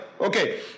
Okay